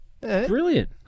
Brilliant